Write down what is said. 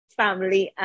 family